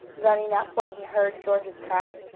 running up when he heard george's cries.